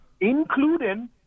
including